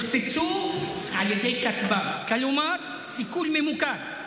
הופצצו על ידי כטב"מ, כלומר סיכול ממוקד.